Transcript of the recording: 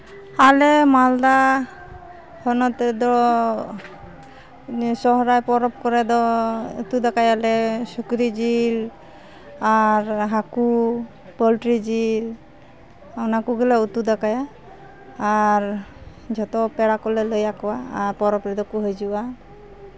ᱟᱞᱮ ᱢᱟᱞᱫᱟ ᱦᱚᱱᱚᱛ ᱨᱮᱫᱚ ᱥᱚᱨᱦᱟᱭ ᱯᱚᱨᱚᱵᱽ ᱠᱚᱨᱮ ᱫᱚ ᱩᱛᱩ ᱫᱟᱠᱟᱭᱟᱞᱮ ᱥᱩᱠᱨᱤ ᱡᱤᱞ ᱟᱨ ᱦᱟᱹᱠᱩ ᱯᱳᱞᱴᱨᱤ ᱡᱤᱞ ᱚᱱᱟ ᱠᱚᱜᱮᱞᱮ ᱩᱛᱩ ᱫᱟᱠᱟᱭᱟ ᱟᱨ ᱡᱷᱚᱛᱚ ᱯᱮᱲᱟ ᱠᱚᱞᱮ ᱞᱟᱹᱭ ᱟᱠᱚᱣᱟ ᱟᱨ ᱯᱚᱨᱚᱵᱽ ᱨᱮᱫᱚ ᱠᱚ ᱦᱤᱡᱩᱜᱼᱟ